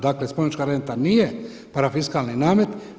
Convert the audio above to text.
Dakle, spomenička renta nije parafiskalni namet.